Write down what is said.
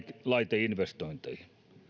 laiteinvestointeihin